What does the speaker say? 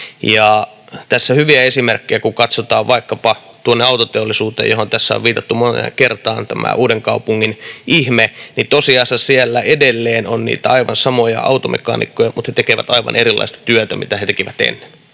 Tästä on hyviä esimerkkejä, kun katsotaan vaikkapa tuonne autoteollisuuteen, johon tässä on viitattu moneen kertaan: tähän Uudenkaupungin ihmeeseen. Tosiasiassa siellä edelleen on niitä aivan samoja automekaanikkoja, mutta he tekevät aivan erilaista työtä kuin mitä he tekivät ennen,